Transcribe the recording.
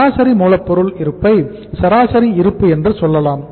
சராசரி மூலப்பொருள் இருப்பை சராசரி இருப்பு என்று சொல்லலாம்